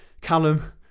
Callum